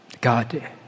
God